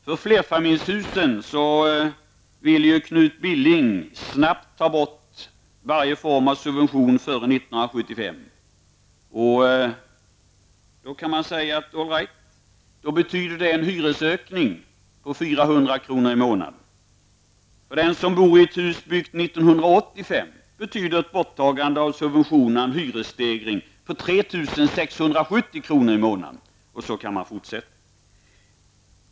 För flerfamiljshusen vill Knut Billing snabbt ta bort varje form av subvention för hus byggda före 1975. Det betyder en hyresökning på 400 kr. i månaden. För den som bor i ett hus byggt 1985 betyder borttagandet av subventionerna en hyresstegring på 3 670 kr. i månaden. Så kan man fortsätta.